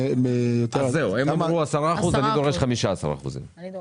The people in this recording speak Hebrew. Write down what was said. הם דיברו על 10% ואני דורש 15%. נירה